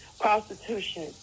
prostitution